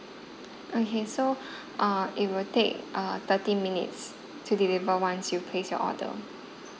okay so uh it will take uh thirty minutes to deliver once you place your order